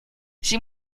sie